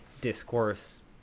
discourse